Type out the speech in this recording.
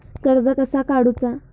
कर्ज कसा काडूचा?